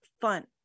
fun